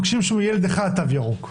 מבקשים בשביל ילד אחד תו ירוק,